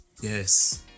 Yes